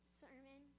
sermon